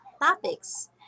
topics